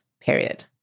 period